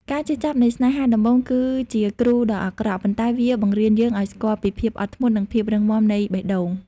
ការឈឺចាប់នៃស្នេហាដំបូងគឺជា "គ្រូដ៏អាក្រក់" ប៉ុន្តែវាបង្រៀនយើងឱ្យស្គាល់ពីភាពអត់ធ្មត់ និងភាពរឹងមាំនៃបេះដូង។